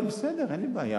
אין לי בעיה.